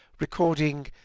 recording